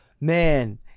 man